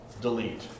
Delete